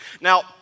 now